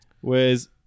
Whereas